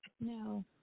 No